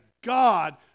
God